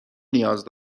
نیاز